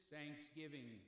Thanksgiving